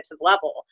level